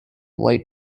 light